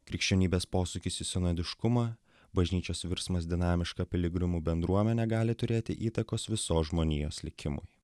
krikščionybės posūkis į senadiškumą bažnyčios virsmas dinamiška piligrimų bendruomene gali turėti įtakos visos žmonijos likimui